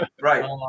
Right